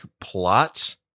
plot